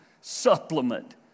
supplement